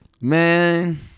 Man